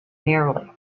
nearly